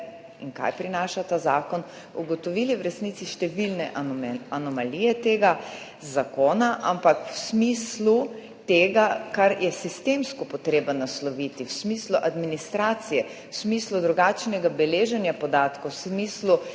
kaj prinaša ta zakon, ugotovili v resnici številne anomalije tega zakona, ampak v smislu tega, kar je sistemsko potrebno nasloviti, v smislu administracije, v smislu drugačnega beleženja podatkov, v smislu